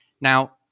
Now